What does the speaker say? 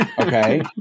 okay